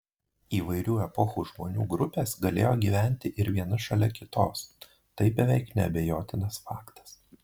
įvairių epochų žmonių grupės galėjo gyventi ir viena šalia kitos tai beveik neabejotinas faktas